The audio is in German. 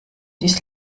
dies